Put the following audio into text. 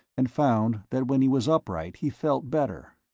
and found that when he was upright he felt better.